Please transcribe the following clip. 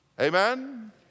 Amen